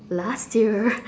last year